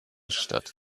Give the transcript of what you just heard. statt